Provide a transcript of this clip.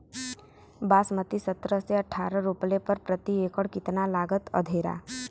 बासमती सत्रह से अठारह रोपले पर प्रति एकड़ कितना लागत अंधेरा?